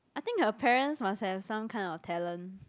I think her parents must have some kind of talent